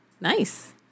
Nice